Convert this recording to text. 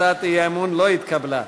הצעת האי-אמון לא התקבלה.